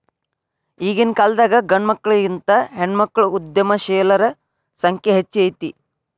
ಈಗಿನ್ಕಾಲದಾಗ್ ಗಂಡ್ಮಕ್ಳಿಗಿಂತಾ ಹೆಣ್ಮಕ್ಳ ಉದ್ಯಮಶೇಲರ ಸಂಖ್ಯೆ ಹೆಚ್ಗಿ ಐತಿ